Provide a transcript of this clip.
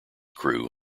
crew